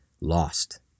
lost